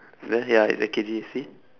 there ya it's A_K_G you see